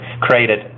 created